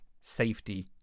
safety